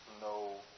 no